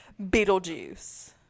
Beetlejuice